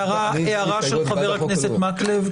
הערה של חבר הכנסת מקלב.